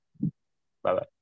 Bye-bye